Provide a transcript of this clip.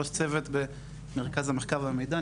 ראש צוות במרכז המחקר והמידע,